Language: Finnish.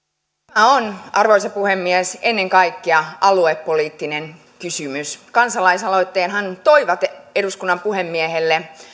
tämä on arvoisa puhemies ennen kaikkea aluepoliittinen kysymys kansalaisaloitteenhan toivat eduskunnan puhemiehelle